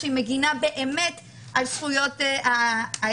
שהיא מגינה באמת על הזכויות האזרחיות,